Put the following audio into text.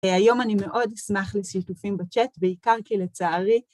היום אני מאוד אשמח לשיתופים בצ'אט, בעיקר כי לצערי,